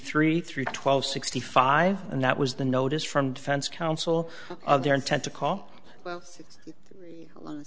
three through twelve sixty five and that was the notice from defense counsel of their intent to call